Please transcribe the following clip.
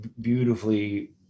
beautifully